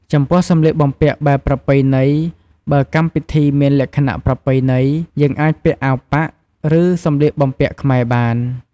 ចំពោះសម្លៀកបំពាក់បែបប្រពៃណីបើកម្មពិធីមានលក្ខណៈប្រពៃណី យើងអាចពាក់អាវប៉ាក់ ឬសម្លៀកបំពាក់ខ្មែរបាន។